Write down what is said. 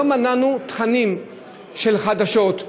לא מנענו תכנים של חדשות,